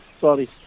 Sorry